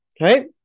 right